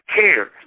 care